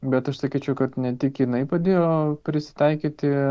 bet aš sakyčiau kad ne tik jinai padėjo prisitaikyti